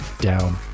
Down